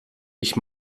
ich